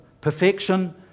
perfection